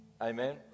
Amen